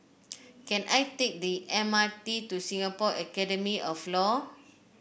can I take the M R T to Singapore Academy of Law